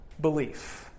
belief